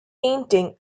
painting